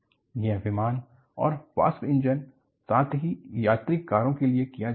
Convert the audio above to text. यह विमान और वाष्प इंजन साथ ही यात्री कारों के लिए किया जाता है